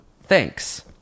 Thanks